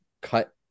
cut